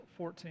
14